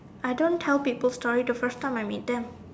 I don't tell people story the first time I meet them